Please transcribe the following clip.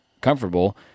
comfortable